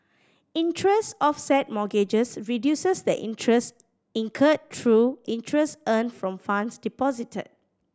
interest offset mortgages reduces the interest incurred through interest earned from funds deposited